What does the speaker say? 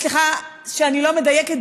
סליחה שאני לא מדייקת,